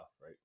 right